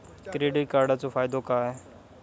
Credit कार्डाचो फायदो काय?